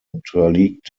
unterliegt